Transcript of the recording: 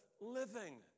living